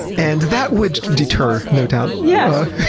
and that would deter, no doubt, yeah